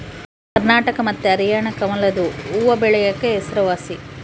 ಕರ್ನಾಟಕ ಮತ್ತೆ ಹರ್ಯಾಣ ಕಮಲದು ಹೂವ್ವಬೆಳೆಕ ಹೆಸರುವಾಸಿ